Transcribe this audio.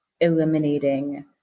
eliminating